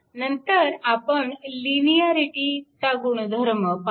तर आपण लिनिअरिटीचा गुणधर्म पाहू